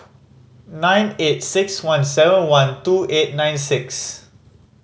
nine eight six one seven one two eight nine six